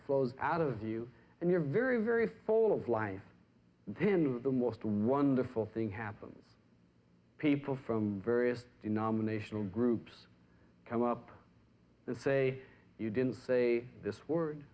flows out of you and you're very very full of life then you are the most wonderful thing happens people from various denominational groups come up and say you didn't say this word